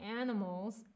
animals